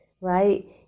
right